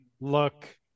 Look